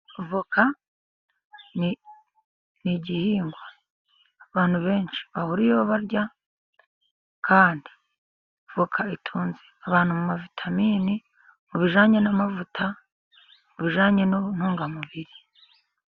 Voka n'igihingwa, abantu benshi bahuriyeho barya kandi voka itunze abantu mu mavitamini, mu bijyanye n'amavuta, mu bijyanye n'intungamubiri.